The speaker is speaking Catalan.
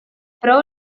però